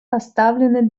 оставлены